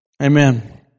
Amen